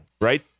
right